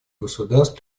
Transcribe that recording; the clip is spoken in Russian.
государств